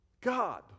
god